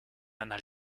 einer